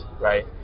Right